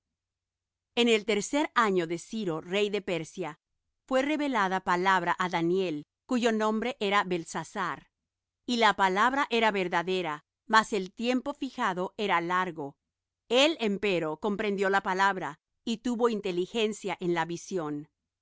en el tercer año de ciro rey de persia fué revelada palabra á daniel cuyo nombre era beltsasar y la palabra era verdadera mas el tiempo fijado era largo él empero comprendió la palabra y tuvo inteligencia en la visión